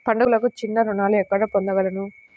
పండుగలకు చిన్న రుణాలు ఎక్కడ పొందగలను?